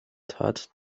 tat